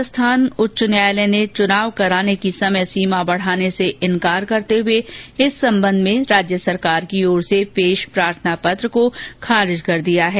Rajasthan high court ने चुनाव कराने की समय सीमा बढ़ाने से इनकार करते हुए इस संबंध में राज्य सरकार की ओर से पेश प्रार्थना पत्र को खारिज कर दिया है